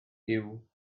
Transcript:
giw